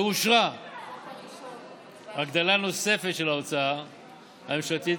ואושרה הגדלה נוספת של ההוצאה הממשלתית,